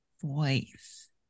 voice